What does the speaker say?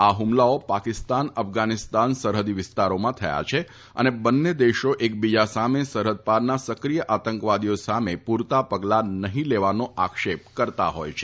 આ હુમલાઓ પાકિસ્તાન અફઘાનીસ્તાન સરહદી વિસ્તારોમાં થયા છે અને બંને દેશો એકબીજા સામે સરહદ પારના સક્રિય આતંકવાદીઓ સામે પૂરતા પગલા નહીં લેવાનો આક્ષેપ કરતા હોય છે